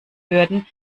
würden